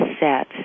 set